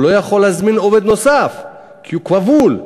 הקשיש לא יכול להזמין עובד נוסף, כי הוא כבול.